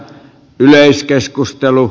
yleiskeskustelu